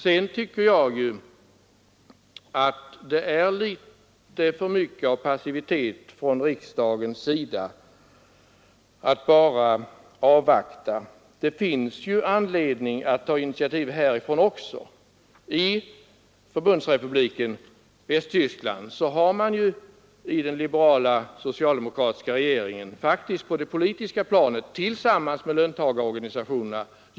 Jag tycker att riksdagen visar alltför stor passivitet genom att bara avvakta. Det finns ju anledning att ta initiativ här också! I Förbundsrepubliken Tyskland har den liberala-socialdemokratiska regeringen nu i vår träffat en uppgörelse på det politiska planet med löntagarorganisationerna.